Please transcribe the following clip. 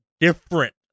different